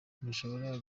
ntushobora